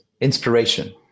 inspiration